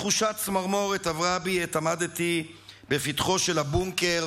תחושת צמרמורת עברה בי עת עמדתי בפתחו של הבונקר